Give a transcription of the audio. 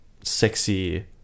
sexy